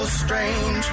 strange